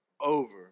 over